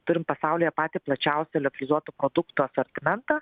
turim pasaulyje patį plačiausią liofelizuotų produktų asortimentą